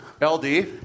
LD